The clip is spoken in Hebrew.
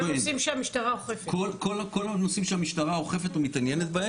כל הנושאים שהמשטרה אוכפת ומתעניינת בהם,